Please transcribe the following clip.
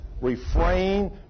refrain